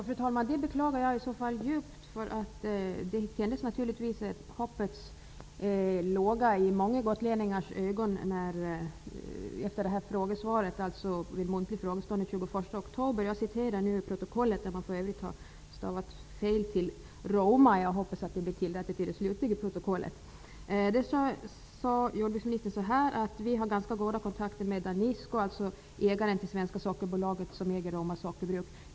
Fru talman! Det beklagar jag i så fall djupt. Det tändes naturligtvis en hoppets låga i många gotlänningars ögon efter frågesvaret under den muntliga frågestunden den 21 oktober. Man har i snabbprotokollet för övrigt stavat fel på namnet Roma, vilket jag hoppas blir rättat till det slutliga protokollet. Jag citerar vad som sades: ''Vi har ganska goda kontakter med Danisco, dvs. ägaren till Svenska sockerbolaget som äger Råma sockerbruk.